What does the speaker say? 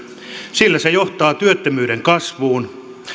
sillä se johtaa työttömyyden kasvuun